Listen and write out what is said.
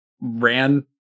ran